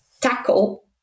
tackle